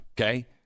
Okay